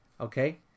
Okay